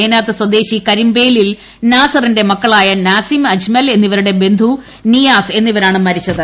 എനാത്ത് സ്വദേശി കരുമ്പേലിൽ നാസറിന്റെ മക്കളായ നാസിം അജ്മൽ ഇവരുടെ ബന്ധു നിയാസ് എന്നിവരാണ് മരിച്ചത്